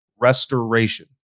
Restoration